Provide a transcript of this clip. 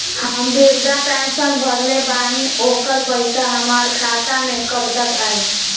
हम विर्धा पैंसैन भरले बानी ओकर पईसा हमार खाता मे कब तक आई?